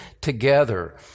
together